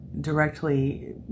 directly